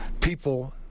people